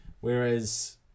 whereas